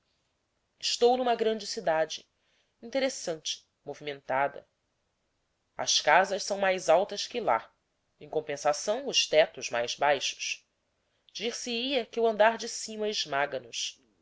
estou numa grande cidade interessante movimentada as casas são mais altas que lá em compensação os tetos mais baixos dir-se-ia que o andar de cima esmaga nos